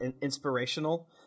inspirational